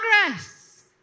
progress